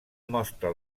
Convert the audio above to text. mostra